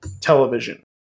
television